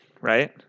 right